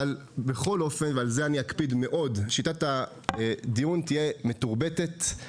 אבל שיטת הדיון תהיה מתורבתת, נינוחה.